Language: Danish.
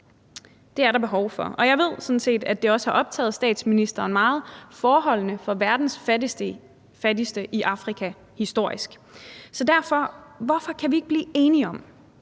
Det er der behov for, og jeg ved sådan set, at det også har optaget statsministeren meget: forholdene for verdens fattigste i Afrika historisk set. Så derfor spørger jeg: Hvorfor kan vi ikke blive enige om,